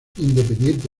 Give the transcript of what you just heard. independiente